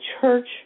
church